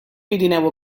pirineu